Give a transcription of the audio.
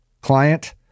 client